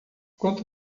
quanto